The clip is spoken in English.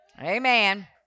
Amen